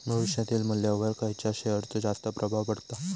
भविष्यातील मुल्ल्यावर खयच्या शेयरचो जास्त प्रभाव पडता?